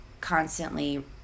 constantly